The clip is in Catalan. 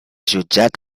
jutjat